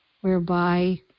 whereby